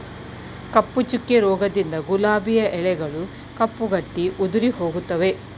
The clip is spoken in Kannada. ಕಪ್ಪು ಚುಕ್ಕೆ ರೋಗದಿಂದ ಗುಲಾಬಿಯ ಎಲೆಗಳು ಕಪ್ಪು ಗಟ್ಟಿ ಉದುರಿಹೋಗುತ್ತದೆ